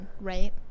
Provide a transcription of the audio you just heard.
right